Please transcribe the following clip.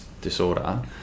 disorder